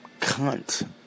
cunt